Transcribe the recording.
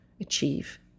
achieve